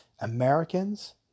Americans